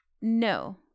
No